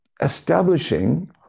establishing